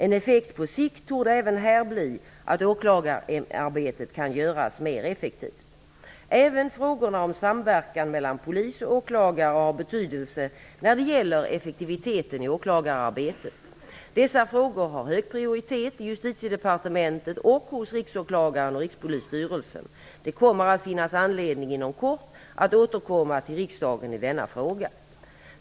En effekt på sikt torde även här bli att åklagararbetet kan göras mer effektivt. Även frågorna om samverkan mellan polis och åklagare har betydelse när det gäller effektiviteten i åklagararbetet. Dessa frågor har hög prioritet i Rikspolisstyrelsen. Det kommer att finnas anledning att inom kort återkomma till riksdagen i denna fråga.